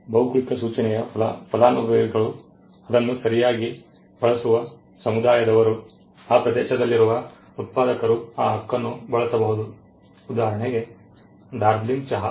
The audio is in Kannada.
ಭೌಗೋಳಿಕ ಸೂಚನೆಯ ಫಲಾನುಭವಿಗಳು ಅದನ್ನು ಸರಿಯಾಗಿ ಬಳಸುವ ಸಮುದಾಯದವರು ಆ ಪ್ರದೇಶದಲ್ಲಿರುವ ಉತ್ಪಾದಕರು ಆ ಹಕ್ಕನ್ನು ಬಳಸಬಹುದು ಉದಾಹರಣೆಗೆ ಡಾರ್ಜಿಲಿಂಗ್ ಚಹಾ